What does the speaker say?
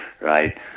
right